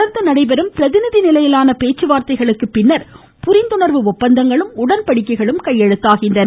தொடர்ந்து நடைபெறும் பிரதிநிதி அதனை நிலையிலான பேச்சுவார்த்தைகளுக்கு பின்னர் புரிந்துணர்வு ஒப்பந்தங்களும் உடன்படிக்கைகளும் கையெழுத்தாகின்றன